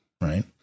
right